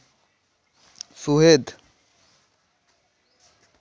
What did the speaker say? ᱥᱩᱦᱮᱫ